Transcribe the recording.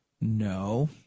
No